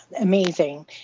amazing